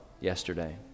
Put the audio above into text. yesterday